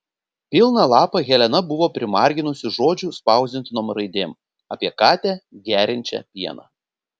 pilną lapą helena buvo primarginusi žodžių spausdintom raidėm apie katę geriančią pieną